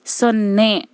ಸೊನ್ನೆ